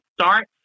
Start